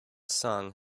song